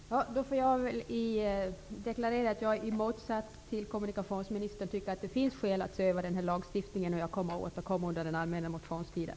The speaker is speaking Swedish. Fru talman! Då får jag deklarera att jag, i motsats till kommunikationsministern, tycker att det finns skäl att se över denna lagstiftning. Jag kommer att återkomma under den allmänna motionstiden.